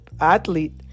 athlete